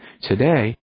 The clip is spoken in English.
Today